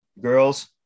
girls